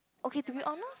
okay to be honest